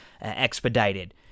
Expedited